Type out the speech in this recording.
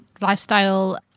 lifestyle